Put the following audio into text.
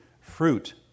fruit